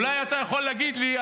אולי אתה יכול להגיד לי,